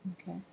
Okay